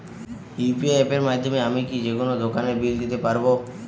UPI অ্যাপের মাধ্যমে আমি কি যেকোনো দোকানের বিল দিতে পারবো?